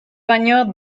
baino